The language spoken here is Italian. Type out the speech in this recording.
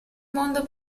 mondo